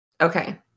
Okay